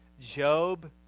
Job